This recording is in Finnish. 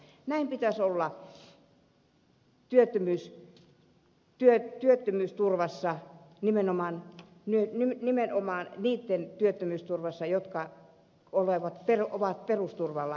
näin pitäisi olla työttömyysturvassa nimenomaan niitten työttömyysturvassa jotka ovat perusturvalla